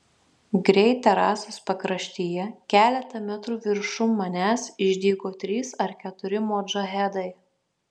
greit terasos pakraštyje keletą metrų viršum manęs išdygo trys ar keturi modžahedai